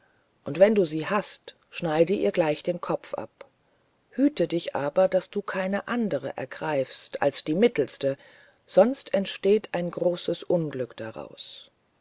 und wenn du sie hast schneid ihr gleich den kopf ab hüt dich aber daß du keine andere ergreifst als die mittelste sonst entsteht ein groß unglück daraus